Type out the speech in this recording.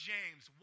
James